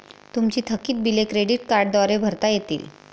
तुमची थकीत बिले क्रेडिट कार्डद्वारे भरता येतील